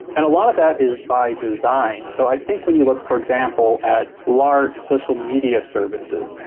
and a lot of that is by design. so i think when you look, for example, at large social media services,